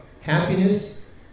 happiness